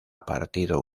partido